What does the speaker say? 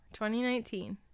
2019